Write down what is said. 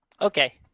Okay